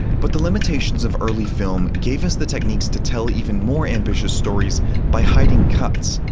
but the limitations of early film gave us the techniques to tell even more ambitious stories by hiding cuts.